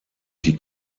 die